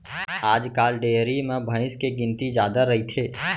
आजकाल डेयरी म भईंस के गिनती जादा रइथे